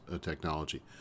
technology